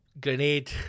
...grenade